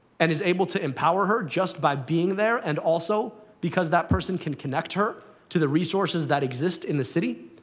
and is able to empower her just by being there, and also because that person can connect her to the resources that exist in the city,